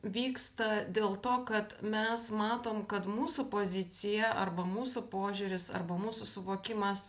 vyksta dėl to kad mes matom kad mūsų pozicija arba mūsų požiūris arba mūsų suvokimas